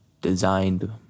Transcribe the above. designed